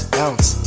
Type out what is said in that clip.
bounce